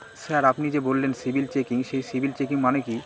Sir আপনি যে বললেন সিবিল চেকিং সেই সিবিল চেকিং মানে কি?